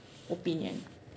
opinion